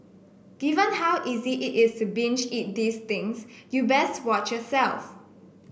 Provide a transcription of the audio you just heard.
given how easy it is to binge eat these things you best watch yourself